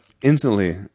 instantly